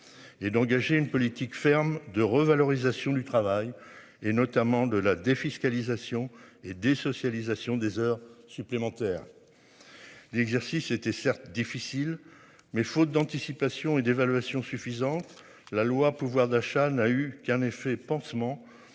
Et d'engager une politique ferme de revalorisation du travail et notamment de la défiscalisation et désocialisation des heures supplémentaires. L'exercice était certes difficile mais faute d'anticipation et d'évaluation suffisante la loi pouvoir d'achat n'a eu qu'un effet pansement